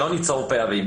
שלא ניצור פערים.